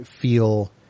feel